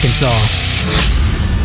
Arkansas